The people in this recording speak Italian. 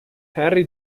henry